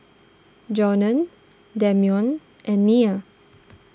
Johnna Damion and Nia